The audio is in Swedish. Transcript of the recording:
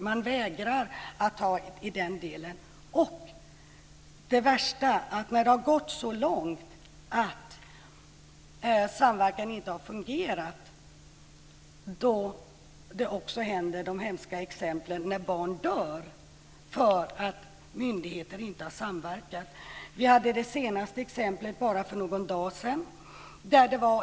Man vägrar att ta tag i detta. Det värsta är när det går så långt att barn dör när samverkan inte fungerar. Sådana hemska exempel kan inträffa när myndigheter inte samverkar. Det senaste exemplet inträffade bara för någon dag sedan.